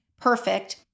perfect